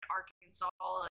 Arkansas